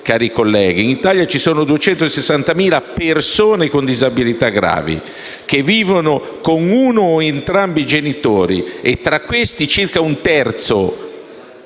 in Italia ci sono 260.000 persone con disabilità gravi che vivono con uno o entrambi i genitori, e tra questi circa un terzo